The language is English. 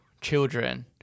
children